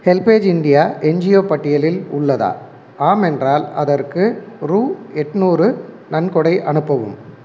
HelpAge India NGO பட்டியலில் உள்ளதா ஆம் என்றால் அதற்கு ரூபா எட்நூறு நன்கொடை அனுப்பவும்